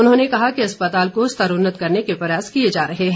उन्होंने कहा कि अस्पताल को स्तरोन्नत करने के प्रयास किए जा रहें है